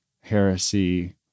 heresy